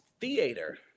Theater